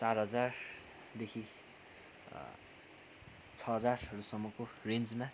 चार हजारदेखि छ हजारहरूसम्मको रेन्जमा